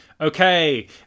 okay